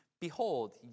Behold